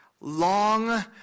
long